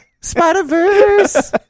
Spider-verse